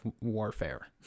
warfare